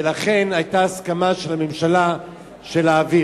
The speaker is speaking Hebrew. ולכן היתה הסכמה של הממשלה להעביר.